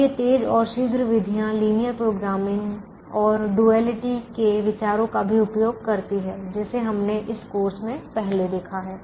अब ये तेज और शीघ्र विधियाँ लिनियर प्रोग्रामिंग और डुअलिटि के विचारों का भी उपयोग करती हैं जिसे हमने इस कोर्स में पहले देखा है